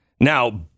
Now